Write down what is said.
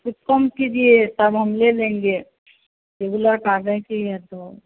कुछ कम कीजिए तब हम ले लेंगे रेगुलर का ग्राहक हैं तो